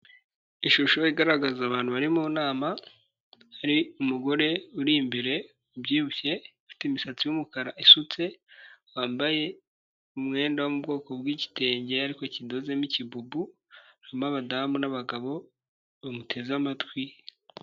Ishusho igaragaza abantu bari mu nama. Hari umugore uri imbere ubyibushye, Ufite imisatsi y'umukara isutse. Wambaye umwenda wo mubwoko bw'igitenge ariko kidozemo ikibubu. Hari abadamu n'abagabo bamuteze amatwi.